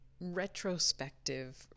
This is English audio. retrospective